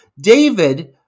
David